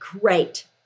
great